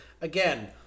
again